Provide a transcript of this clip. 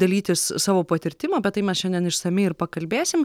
dalytis savo patirtim apie tai mes šiandien išsamiai ir pakalbėsim